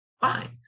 Fine